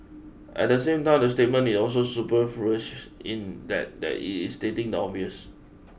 at the same time the statement is also superfluous in that that it is stating the obvious